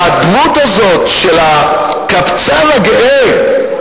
והדמות הזאת של הקבצן הגאה,